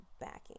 backing